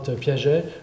Piaget